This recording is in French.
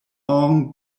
ans